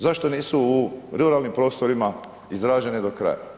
Zašto nisu u ruralnim prostorima izražene do kraja?